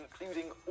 including